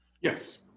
Yes